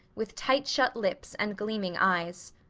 with tight-shut lips and gleaming eyes.